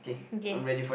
okay